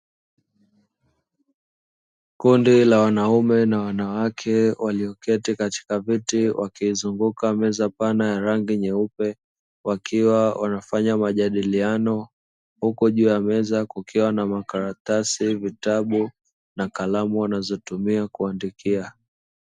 Kundi la wanaume na wanawake walioketi katika viti wakiizunguka meza pana ya rangi nyeupe, wakiwa wanafanya majadiliano huku juu ya meza kukiwa na karatasi, vitabu na kalamu wanazotumia kuandikia.